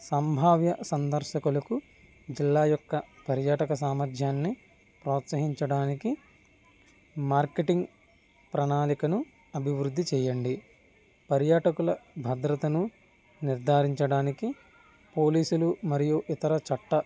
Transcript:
సంభావ్య సందర్శకులకు జిల్లా యొక్క పర్యాటక సామర్ధ్యాన్ని ప్రోత్సహించడానికి మార్కెటింగ్ ప్రణాళికను అభివృద్ధి చేయండి పర్యాటకుల భద్రతను నిర్ధారించడానికి పోలీసులు మరియు ఇతర చట్ట